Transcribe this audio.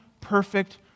perfect